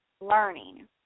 learning